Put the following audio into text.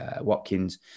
Watkins